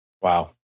Wow